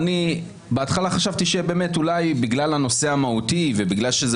בהתחלה חשבתי שבאמת אולי בגלל הנושא המהותי ובגלל שזה